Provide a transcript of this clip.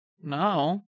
No